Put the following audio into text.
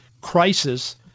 crisis